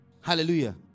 Hallelujah